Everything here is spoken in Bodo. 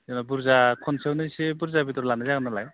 बुरजा खनसेयावनो एसे बुरजा बेदर लानाय जागोन नालाय